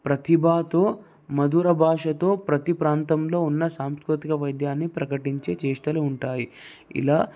ప్రతిభాతో మధుర భాషతో ప్రతి ప్రాంతంలో ఉన్న సాంస్కృతిక వైద్యాన్ని ప్రకటించే చేష్టలు ఉంటాయి ఇలా